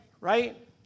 Right